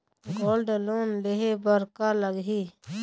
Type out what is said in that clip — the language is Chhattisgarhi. गोल्ड लोन लेहे बर का लगही?